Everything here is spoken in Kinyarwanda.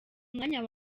mwanya